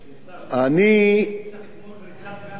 ריצת 100 מטר,